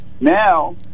now